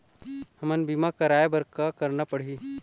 हमन बीमा कराये बर का करना पड़ही?